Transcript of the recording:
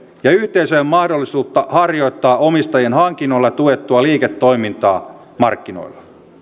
ja yhteisöjen mahdollisuutta harjoittaa omistajien hankinnoilla tuettua liiketoimintaa markkinoilla